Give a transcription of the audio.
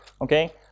okay